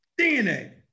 DNA